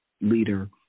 leader